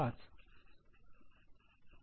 5 करू शकतो